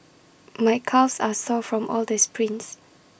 my calves are sore from all the sprints